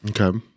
Okay